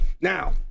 Now